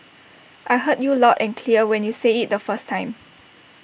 I heard you loud and clear when you said IT the first time